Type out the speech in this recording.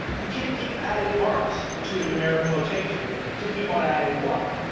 you can't keep adding marks to a numerical notation to keep on adding one.